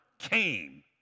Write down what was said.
came